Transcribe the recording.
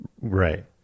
Right